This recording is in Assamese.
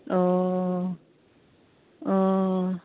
অঁ অঁ